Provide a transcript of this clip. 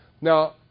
Now